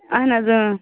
اَہَن حظ